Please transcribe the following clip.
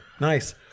Nice